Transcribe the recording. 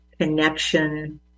connection